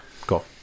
cool